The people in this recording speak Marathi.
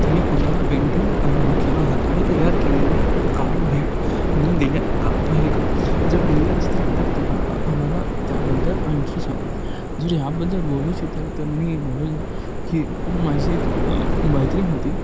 तुम्ही कोणाला पेंटिंग किंवा हाताने तयार केलेले कार्ड भेट म्हणून दिल्या का आहे का जर दिलेल्या असतील तर तुमा आम्हाला त्याबद्दल आणखी सांगा जर ह्याबद्दल बोलू इछितो तर मी बोलू की माझी एक फ् मैत्रिण होती